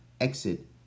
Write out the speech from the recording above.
exit